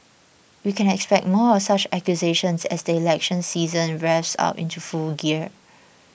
we can expect more of such accusations as the election season revs up into full gear